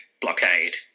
Blockade